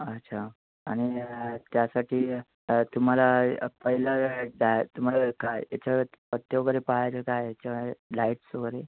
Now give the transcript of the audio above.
अच्छा आणि त्यासाठी तुम्हाला पहिला डाय तुम्हाला काय त्याच्यात पथ्य वगैरे पाळायचं काय आहे याच्यामध्ये डायटचं वगैरे